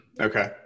okay